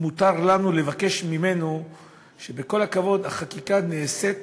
מותר לנו לבקש ממנו שבכל הכבוד החקיקה נעשית